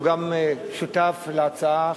שהוא גם שותף להצעה,